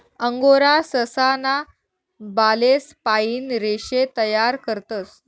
angora ससा ना बालेस पाइन रेशे तयार करतस